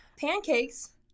pancakes